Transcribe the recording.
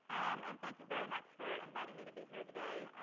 and thank you very much for inviting me to be here today.